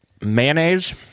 mayonnaise